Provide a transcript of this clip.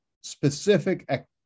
specific